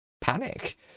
panic